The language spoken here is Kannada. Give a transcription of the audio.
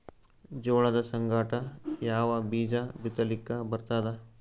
ಜೋಳದ ಸಂಗಾಟ ಯಾವ ಬೀಜಾ ಬಿತಲಿಕ್ಕ ಬರ್ತಾದ?